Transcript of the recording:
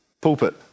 pulpit